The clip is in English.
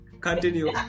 continue